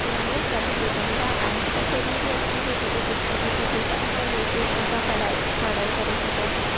उनमें सभु ॿुधाईन्दा आहिनि त कॾहिं बि असांखे जॾहिं दिक़त थी थिए त असां यूट्यूब तां त पढ़ाई पढ़ाई करे सघूं